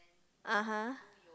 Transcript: (uh huh)